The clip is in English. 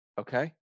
Okay